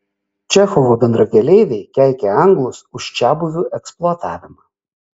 čechovo bendrakeleiviai keikė anglus už čiabuvių eksploatavimą